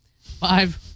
five